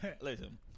listen